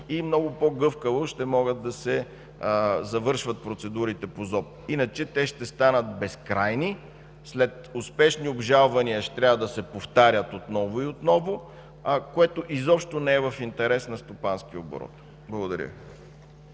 и много по гъвкаво ще могат да се завършват процедурите по Закона за обществените поръчки, иначе те ще станат безкрайни, след успешни обжалвания ще трябва да се повтарят отново и отново, което изобщо не е в интерес на стопанския оборот. Благодаря